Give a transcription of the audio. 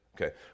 Okay